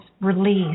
release